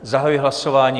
Zahajuji hlasování.